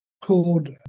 called